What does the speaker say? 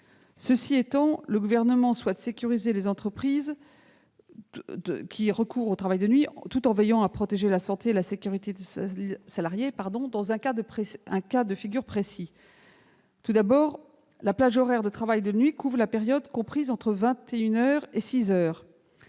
Cela étant, le Gouvernement souhaite sécuriser les entreprises qui ont recours au travail de nuit tout en veillant à protéger la santé et la sécurité des salariés dans un cas de figure précis. Tout d'abord, la plage horaire du travail de nuit couvre la période comprise entre 21 heures